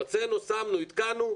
הוצאנו, שמנו, התקנו,